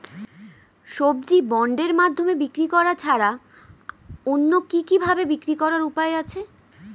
সবজি বন্ডের মাধ্যমে বিক্রি করা ছাড়া অন্য কি কি ভাবে বিক্রি করার উপায় আছে?